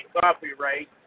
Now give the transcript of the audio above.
copyright